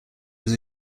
was